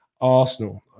Arsenal